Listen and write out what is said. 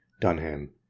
dunham